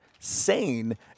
sane